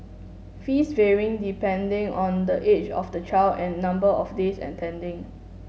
fees vary depending on the age of the child and number of days attending